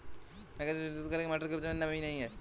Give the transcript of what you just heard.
मैं कैसे सुनिश्चित करूँ की मटर की उपज में नमी नहीं है?